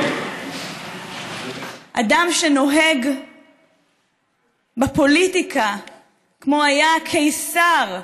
אדם שנוהג בפוליטיקה כמו היה קיסר,